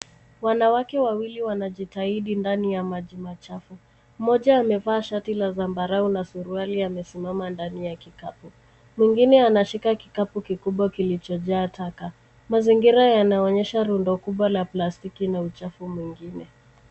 Wanawake wawili wanajitahidi ndani ya maji machafu. Mmoja amevaa shati la zambarau na suruali amesimama ndani ya kiakapu. Mwingine anashika kikapu kikubwa kilichojaa taka. Mazingira yanaonyesha rundo kubwa la plastiki na uchafu mwingine.